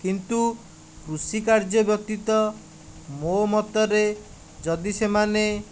କିନ୍ତୁ କୃଷିକାର୍ଯ୍ୟ ବ୍ୟତୀତ ମୋ ମତରେ ଯଦି ସେମାନେ